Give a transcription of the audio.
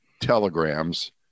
telegrams